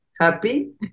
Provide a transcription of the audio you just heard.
happy